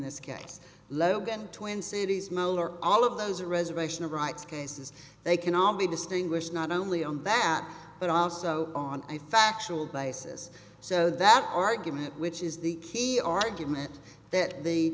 this case logan twin cities moeller all of those are reservation rights cases they can all be distinguished not only on that but also on a factual basis so that argument which is the key argument that the